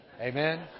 Amen